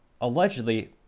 allegedly